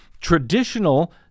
traditional